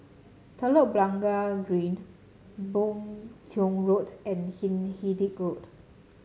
Telok Blangah Green Boon Tiong Road and Hindhede Road